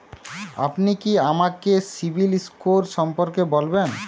আপনি কি আমাকে সিবিল স্কোর সম্পর্কে বলবেন?